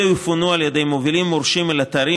אלו יפונו על ידי מובילים מורשים אל אתרים